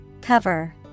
Cover